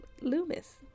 loomis